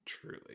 Truly